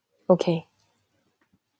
okay